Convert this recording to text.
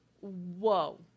Whoa